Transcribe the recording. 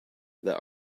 that